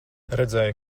redzēju